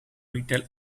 retail